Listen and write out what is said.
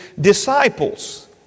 disciples